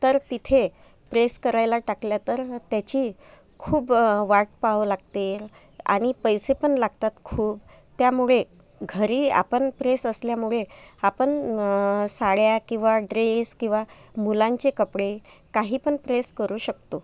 तर तिथे प्रेस करायला टाकल्या तर त्याची खूप वाट पहावं लागते आणि पैसे पण लागतात खूप त्यामुळे घरी आपण प्रेस असल्यामुळे आपण साड्या किंवा ड्रेस किंवा मुलांचे कपडे काही पण प्रेस करू शकतो